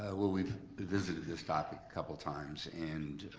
ah well, we've visited this topic a couple times, and